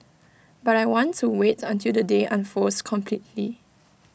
but I want to wait until the day unfolds completely